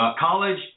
college